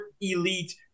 elite